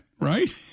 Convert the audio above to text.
Right